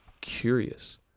curious